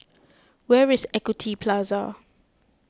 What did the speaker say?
where is Equity Plaza